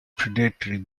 predatory